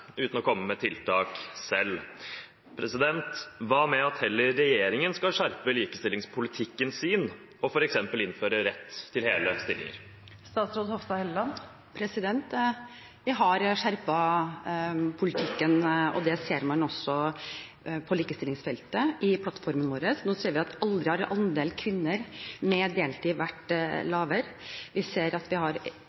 uten å komme med tiltak selv. Hva med at heller regjeringen skal skjerpe likestillingspolitikken sin, og f.eks. innføre rett til hele stillinger? Vi har skjerpet politikken – og det ser man også på likestillingsfeltet – i plattformen vår. Nå ser vi at aldri har andelen kvinner med deltid vært